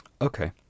Okay